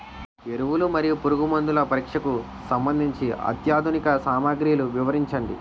ఎరువులు మరియు పురుగుమందుల పరీక్షకు సంబంధించి అత్యాధునిక సామగ్రిలు వివరించండి?